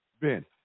Ben